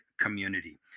community